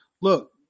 look